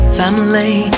family